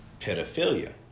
pedophilia